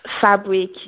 fabric